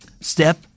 step